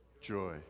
joy